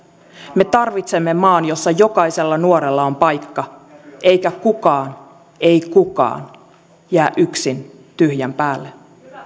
me tarvitsemme maan jossa jokaisella nuorella on paikka eikä kukaan ei kukaan jää yksin tyhjän päälle